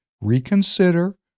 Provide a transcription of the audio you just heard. reconsider